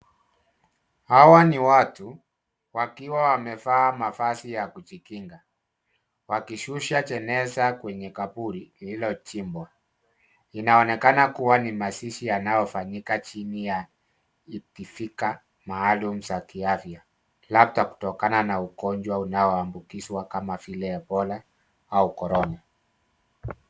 Hawa ni watu wakiwa wamevaa mavazi ya kujikinga, wakishusha jeneza kwenye kaburi lililochimbwa . Inaonekana kuwa ni mazishi yanayofanyika chini ya ikifika maalum za kiafya labda kutokana na ugonjwa unaoambukizwa kama vile Ebola au Corona.